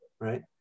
right